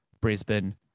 Brisbane